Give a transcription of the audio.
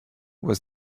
was